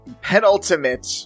Penultimate